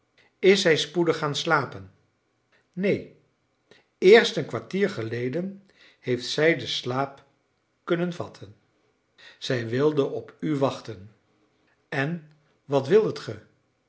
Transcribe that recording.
is zij spoedig gaan slapen neen eerst een kwartier geleden heeft zij den slaap kunnen vatten zij wilde op u wachten en wat wildet gij